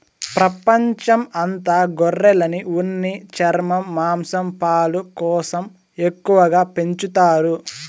ప్రపంచం అంత గొర్రెలను ఉన్ని, చర్మం, మాంసం, పాలు కోసం ఎక్కువగా పెంచుతారు